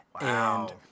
Wow